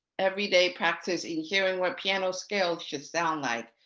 every day practice in hearing what piano scales should sound like.